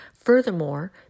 Furthermore